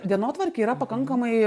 dienotvarkė yra pakankamai